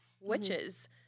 witches